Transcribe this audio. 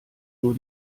nur